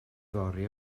fory